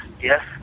yes